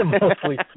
mostly